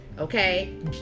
Okay